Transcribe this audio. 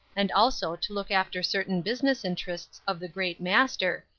and also to look after certain business interests of the great master,